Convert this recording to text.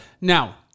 Now